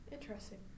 Interesting